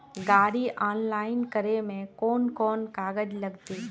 गाड़ी ऑनलाइन करे में कौन कौन कागज लगते?